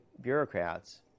bureaucrats